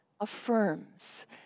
affirms